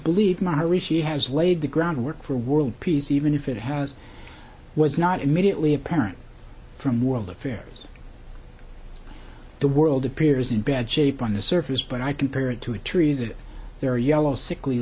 believed marashi has laid the groundwork for world peace even if it has was not immediately apparent from world affairs the world appears in bad shape on the surface but i compare it to the trees and their yellow sickly